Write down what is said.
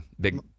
big